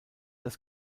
das